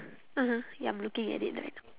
(uh huh) ya I'm looking at it now